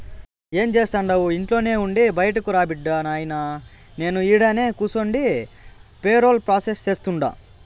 ఏం జేస్తండావు ఇంట్లోనే ఉండి బైటకురా బిడ్డా, నాయినా నేను ఈడనే కూసుండి పేరోల్ ప్రాసెస్ సేస్తుండా